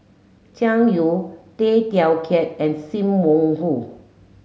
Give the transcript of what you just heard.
Jiang Yu Tay Teow Kiat and Sim Wong Hoo